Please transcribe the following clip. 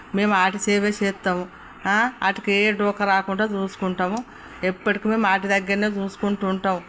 మేము ఆటి సేవే సేత్తాము ఆటికి ఏ డోకా రాకుంటా చూసుకుంటాము ఎప్పటికీ మేం ఆటిదగ్గర్నే చూసుకుంటూ ఉంటాము